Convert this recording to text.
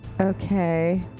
okay